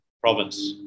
province